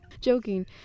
Joking